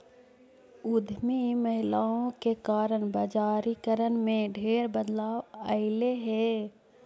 उद्यमी महिलाओं के कारण बजारिकरण में ढेर बदलाव अयलई हे